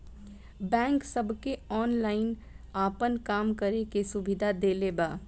bank सबके online आपन काम करे के सुविधा देले बा